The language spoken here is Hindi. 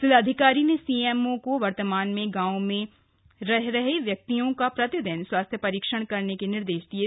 जिलाधिकारी ने सीएमओ को वर्तमान में गांव में रहने वाले व्यक्तियों का प्रतिदिन स्वास्थ्य परीक्षण करने के निर्देश दिये